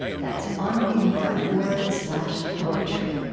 that's onbeing dot org slash poetry.